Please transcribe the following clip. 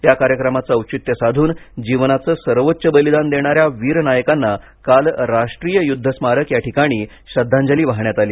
या कार्यक्रमाचे औचित्य साधून जीवनाचे सर्वोच्च बलिदान देणा या वीर नायकांना काल राष्ट्रीय युद्ध स्मारक या ठिकाणी श्रद्वांजली वाहण्यात आली